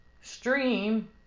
stream